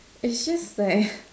it's just that